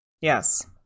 Yes